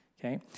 Okay